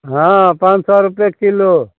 हँ पाॅंच सए रुपिए किलो